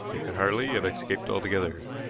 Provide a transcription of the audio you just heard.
it could hardly have escaped altogether.